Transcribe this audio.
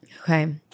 Okay